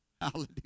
Hallelujah